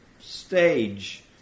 Stage